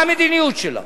מה המדיניות שלה,